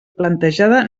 plantejada